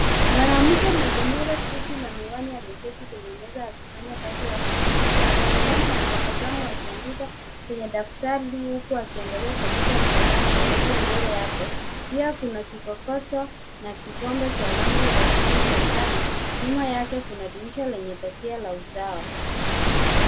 Mwanamke mwenye nywele fupi na miwani ameketi kwenye meza akifanya kazi au kujifunza. Anaonekana akitabasamu akiandika kwenye daftari huku akiangalia kompyuta mpakato iliyo mbele yake. Pia kuna kikokoto na kikombe cha rangi ya buluu mezani. Nyuma yake kuna dirisha lenye pazia la usawa.